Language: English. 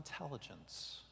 intelligence